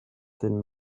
thin